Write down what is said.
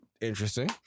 interesting